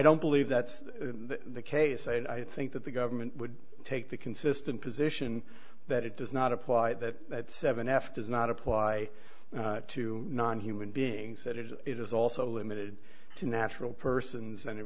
don't believe that's the case and i think that the government would take the consistent position that it does not apply that seven f does not apply to non human beings that it is also limited to natural persons and it